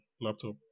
laptop